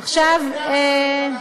עכשיו, בקיצור,